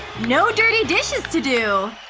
no dirty dishes to do!